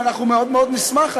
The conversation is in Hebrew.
אנחנו מאוד מאוד נשמח.